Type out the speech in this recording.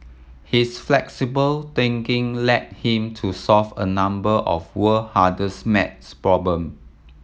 his flexible thinking led him to solve a number of world hardest math problem